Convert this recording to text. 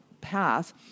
path